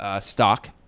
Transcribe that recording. stock